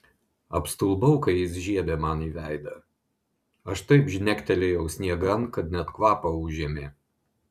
apstulbau kai jis žiebė man į veidą aš taip žnektelėjau sniegan kad net kvapą užėmė